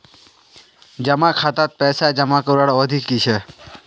जमा खातात पैसा जमा करवार अवधि की छे?